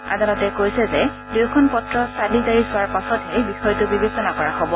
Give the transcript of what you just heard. আদালতে কৈছে যে দুয়োখন পত্ৰ চালি জাৰি চোৱাৰ পাছতহে বিষয়টো বিবেচনা কৰা হব